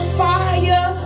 fire